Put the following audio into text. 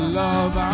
love